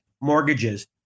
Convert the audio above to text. mortgages